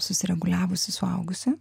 susireguliavusį suaugusį